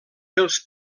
pels